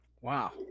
Wow